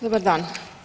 Dobar dan.